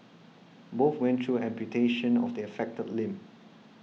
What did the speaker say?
both went through amputation of the affected limb